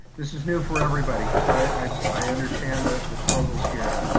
this is new for everybody. so i i understand the the struggles here.